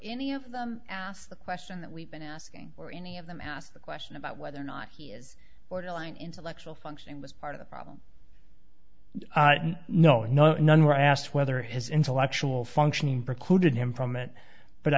any of them asked the question that we've been asking or any of them asked the question about whether or not he is borderline intellectual functioning was part of the problem no no none were asked whether his intellectual functioning precluded him from it but